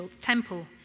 temple